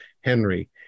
Henry